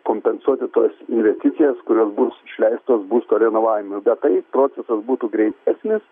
kompensuoti tas investicijas kurios bus išleistos būsto renovavimui bet taip procesas būtų greitesnis